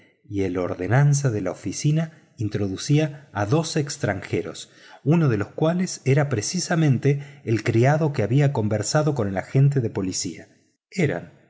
y el ordenanza de la oficina introducía a dos extranjeros uno de los cuales era precisamente el criado que había conversado con el agente de policía eran